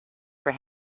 for